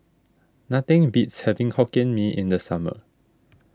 nothing beats having Hokkien Mee in the summer